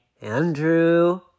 Andrew